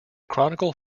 chronicle